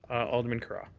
alderman cara.